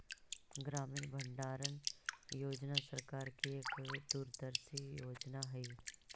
ग्रामीण भंडारण योजना सरकार की एक दूरदर्शी योजना हई